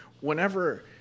Whenever